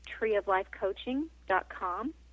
treeoflifecoaching.com